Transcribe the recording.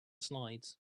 slides